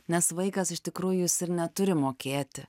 nes vaikas iš tikrųjų jis ir neturi mokėti